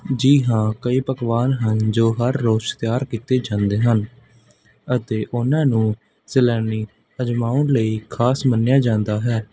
ਜੀ ਹਾਂ ਕਈ ਪਕਵਾਨ ਹਨ ਜੋ ਹਰ ਰੋਜ਼ ਤਿਆਰ ਕੀਤੇ ਜਾਂਦੇ ਹਨ ਅਤੇ ਉਨ੍ਹਾਂ ਨੂੰ ਸੈਲਾਨੀ ਅਜਮਾਉਣ ਲਈ ਖ਼ਾਸ ਮੰਨਿਆ ਜਾਂਦਾ ਹੈ